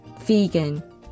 Vegan